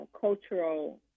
cultural